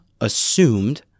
assumed